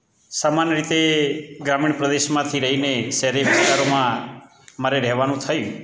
સામાન્ય રીતે ગ્રામીણ પ્રદેશમાંથી લઈને શહેરી વિસ્તારોમાં મારે રહેવાનું થયું